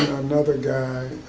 another guy,